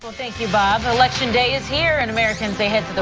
thank you, bob. election day is here, and americans, they head